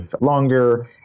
longer